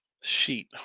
sheet